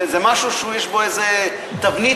זה משהו שיש בו איזה תבנית.